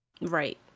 Right